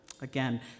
again